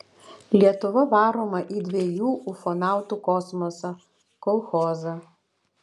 lietuva varoma į dviejų ufonautų kosmosą kolchozą